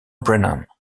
brennan